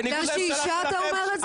בניגוד לממשלה שלכם,